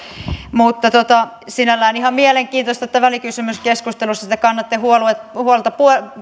sinällään on ihan mielenkiintoista että välikysymyskeskustelussa te kannatte huolta